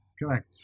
Correct